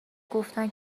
گفتن